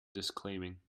disclaiming